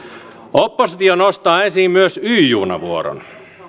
oppositio nostaa esiin myös y junavuoron